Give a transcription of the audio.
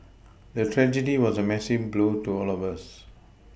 the tragedy was a massive blow to all of us